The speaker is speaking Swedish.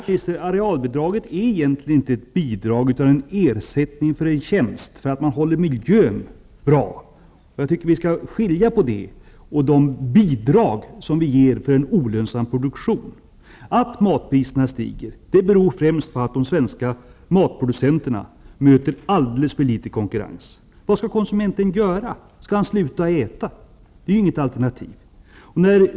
Fru talman! Arealbidraget är egentligen inte ett bidrag utan en ersättning för en tjänst, nämligen att man värnar om miljön. Jag tycker att vi skall skilja på detta och de bidrag som vi ger på grund av en olönsam produktion. Att matpriserna stiger beror främst på att de svenska matproducenterna mö ter alldeles för litet konkurrens. Vad skall konsumenten göra? Skall han sluta att äta? Det är inget alternativ.